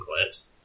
clips